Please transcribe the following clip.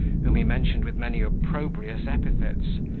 whom he mentioned with many opprobrious epithets,